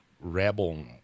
rebel